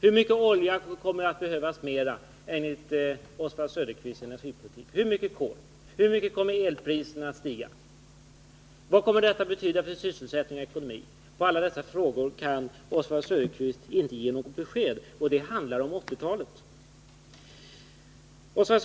Hur mycket olja kommer att behövas mer enligt Oswald Söderqvists program på energipolitiken? Hur mycket kol? Hur mycket kommer elpriserna att stiga? Vad kommer detta att betyda för sysselsättning och ekonomi? På alla dessa frågor kan inte Oswald Söderqvist ge något besked, och det handlar om 1980-talet!